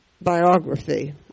biography